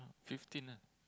fifteen lah